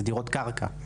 אלו דירות קרקע.